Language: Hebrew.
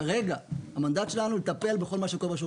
כרגע המנדט שלנו לטפל בכל מה שקורה בשירות